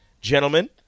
Gentlemen